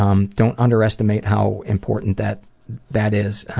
um don't underestimate how important that that is.